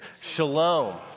Shalom